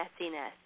messiness